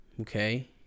okay